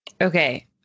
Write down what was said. Okay